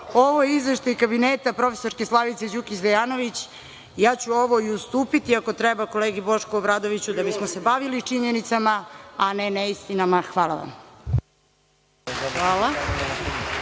Ovo je izveštaj kabineta profesorke Slavice Đukić Dejanović i ja ću ovo i ustupiti ako treba kolegi Bošku Obradoviću, da bismo se bavili činjenicama, a ne neistinama. Hvala vam. **Maja